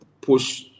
push